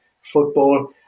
football